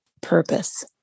purpose